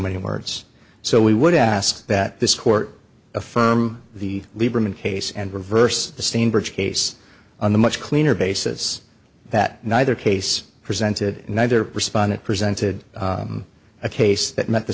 many words so we would ask that this court affirm the lieberman case and reverse the stanbridge case on the much cleaner basis that neither case presented neither respondent presented a case that met the